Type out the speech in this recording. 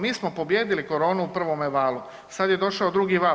Mi smo pobijedili koronu u prvome valu, sad je došao drugi val.